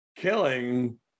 killing